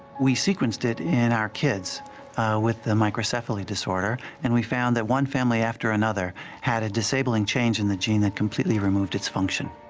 we sequenced it in our kids with microcephaly disorder. and we found that one family after another had a disabling change in the gene that completely removed its function.